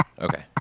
Okay